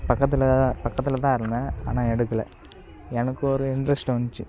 பக்கத்தில் பக்கத்தில் தான் இருந்தேன் ஆனால் எடுக்கலை எனக்கு ஒரு இன்ட்ரஸ்ட் வந்துச்சு